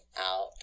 out